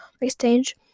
exchange